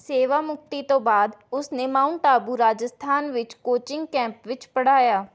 ਸੇਵਾਮੁਕਤੀ ਤੋਂ ਬਾਅਦ ਉਸਨੇ ਮਾਊਂਟ ਆਬੂ ਰਾਜਸਥਾਨ ਵਿੱਚ ਕੋਚਿੰਗ ਕੈਂਪ ਵਿੱਚ ਪੜ੍ਹਾਇਆ